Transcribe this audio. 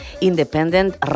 Independent